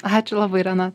ačiū labai irena